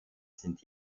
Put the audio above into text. sind